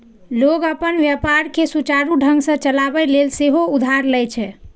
लोग अपन व्यापार कें सुचारू ढंग सं चलाबै लेल सेहो उधार लए छै